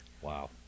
Wow